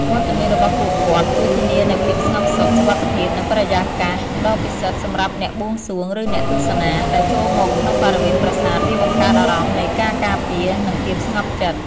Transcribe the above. វត្តមានរបស់ពួកគាត់ជួយធានានូវភាពស្ងប់សុខ សុវត្ថិភាព និងបរិយាកាសដ៏ពិសិដ្ឋសម្រាប់អ្នកបួងសួង ឬអ្នកទស្សនា ដែលចូលមកក្នុងបរិវេណប្រាសាទ វាបង្កើតអារម្មណ៍នៃការការពារ និងភាពស្ងប់ចិត្ត។